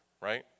right